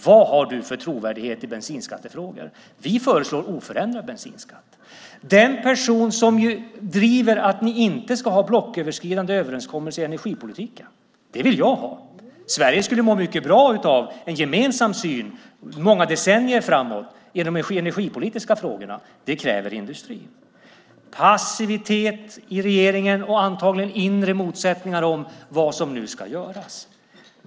Vad har du för trovärdighet i bensinskattefrågan? Vi föreslår oförändrad bensinskatt. Här har vi den person som driver att ni inte ska ha blocköverskridande överenskommelser i energipolitiken. Det vill jag ha. Sverige skulle må mycket bra av en gemensam syn många decennier framåt i de energipolitiska frågorna. Det kräver industrin. Det är passivitet i regeringen och antagligen inre motsättningar om vad som nu ska göras.